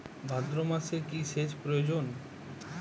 ভাদ্রমাসে কি সেচ প্রয়োজন?